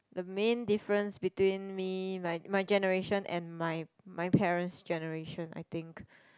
the main difference between me my my generation and my my parents' generation I think